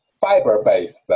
fiber-based